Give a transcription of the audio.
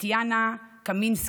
טטיאנה קמינסקי,